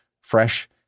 fresh